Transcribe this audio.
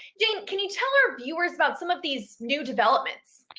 jane, can you tell our viewers about some of these new developments?